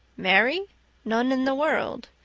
mary none in the world.